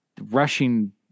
rushing